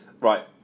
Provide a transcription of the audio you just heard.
Right